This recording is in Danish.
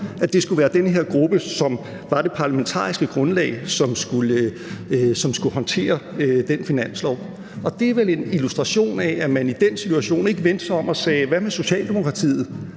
at det skulle være den her gruppe, som var det parlamentariske grundlag, som skulle håndtere den finanslov. Og det er vel en illustration af, at man i den situation ikke vendte sig om og sagde: Hvad med Socialdemokratiet,